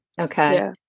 Okay